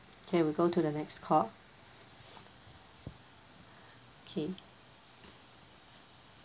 okay we go to the next call K